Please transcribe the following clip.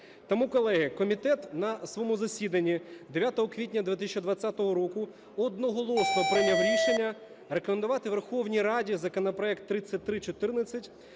Тому, колеги, комітет на своєму засіданні 9 квітня 2020 року одноголосно прийняв рішення рекомендувати Верховній Раді законопроект 3314